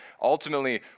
ultimately